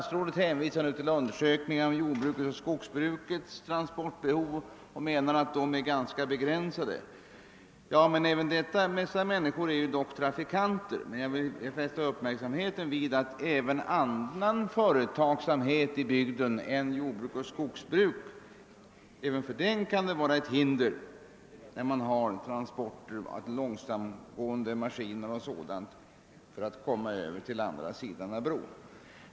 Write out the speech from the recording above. Statsrådet hänvisar till en undersökning om jordbrukets och skogsbrukets transportbehov och menar att de är begränsade. Även människor inom dessa näringar är dock trafikanter vilkas intressen man måste beakta. Jag vill dessutom fästa uppmärksamheten på att även för annan företagsamhet i bygden än jordbruk och skogsbruk utgör förbudet mot långsamtgående traktorer, maskiner m.m. en olägenhet då det gäller att komma över till den andra sidan av älven.